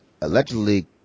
allegedly